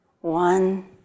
one